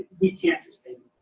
we can't sustain